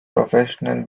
professional